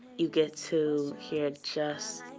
you get to hear just,